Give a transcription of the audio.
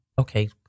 okay